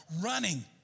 running